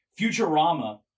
Futurama